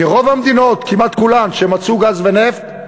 כי רוב המדינות, כמעט כולן, שמצאו גז ונפט,